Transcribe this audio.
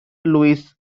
luis